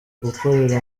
gukorera